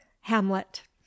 Hamlet